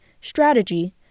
strategy